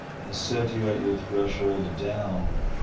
and set you at your threshold down,